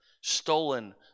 stolen